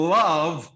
love